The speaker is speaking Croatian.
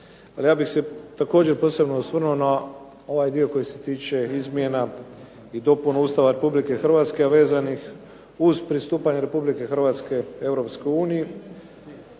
ja bih se također posebno osvrnuo na ovaj dio koji se tiče izmjena i dopuna Ustava Republike Hrvatske a vezanih uz pristupanje Republike Hrvatske